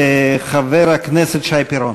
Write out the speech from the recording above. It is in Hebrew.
חבר הכנסת שי פירון.